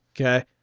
okay